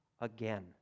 Again